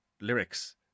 lyrics